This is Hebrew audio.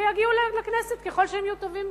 ויגיעו לכנסת ככל שהם יהיו טובים.